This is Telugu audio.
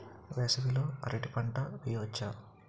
వేసవి లో అరటి పంట వెయ్యొచ్చా?